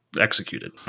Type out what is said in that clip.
executed